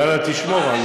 יאללה, תשמור על מה,